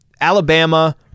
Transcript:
Alabama